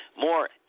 more